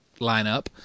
lineup